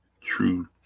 true